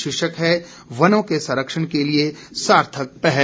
शीर्षक है वनों के सरक्षण के लिए सार्थक पहल